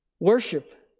Worship